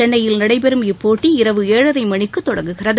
சென்னையில் நடைபெறும் இப்போட்டி இரவு ஏழரைமணிக்குதொடங்குகிறது